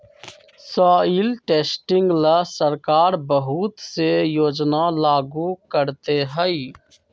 soil testing ला सरकार बहुत से योजना लागू करते हई